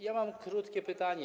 Ja mam krótkie pytanie.